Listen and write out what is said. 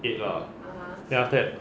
eight lah then after that